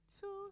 two